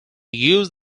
use